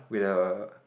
with a